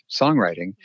songwriting